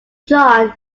john